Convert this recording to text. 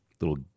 little